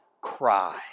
cry